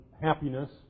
happiness